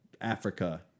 Africa